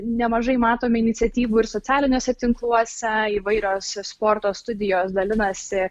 nemažai matome iniciatyvų ir socialiniuose tinkluose įvairios sporto studijos dalinasi